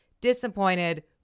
disappointed